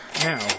Now